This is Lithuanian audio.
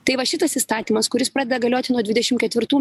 tai va šitas įstatymas kuris pradeda galioti nuo dvidešim ketvirtų